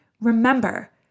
remember